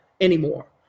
anymore